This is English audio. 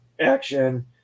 action